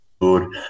good